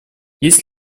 есть